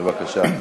בבקשה.